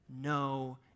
no